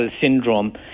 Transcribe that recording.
syndrome